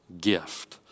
gift